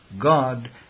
God